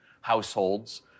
households